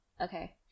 Okay